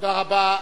תודה רבה.